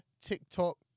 TikTok